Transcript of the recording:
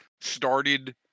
started